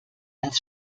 als